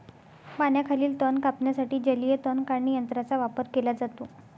पाण्याखालील तण कापण्यासाठी जलीय तण काढणी यंत्राचा वापर केला जातो